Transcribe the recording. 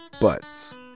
buts